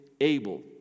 Able